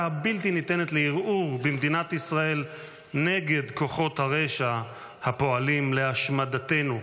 הבלתי- ניתנת לערעור במדינת ישראל נגד כוחות הרשע הפועלים להשמדתנו.